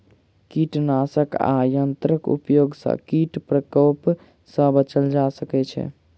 कीटनाशक आ यंत्रक उपयोग सॅ कीट प्रकोप सॅ बचल जा सकै छै